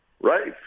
Right